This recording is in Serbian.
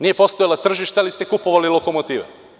Nisu postojala tržišta, ali ste kupovali lokomotive.